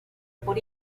por